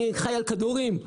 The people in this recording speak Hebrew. אני חי על כדורים,